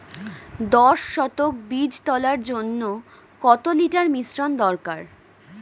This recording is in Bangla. দশ শতক বীজ তলার জন্য কত লিটার মিশ্রন দরকার?